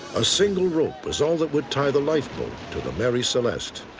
a single rope was all that would tie the lifeboat to the mary celeste.